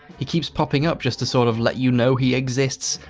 he keeps popping up just to sort of let you know he exists,